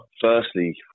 Firstly